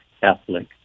Catholic